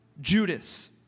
Judas